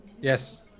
yes